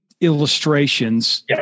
illustrations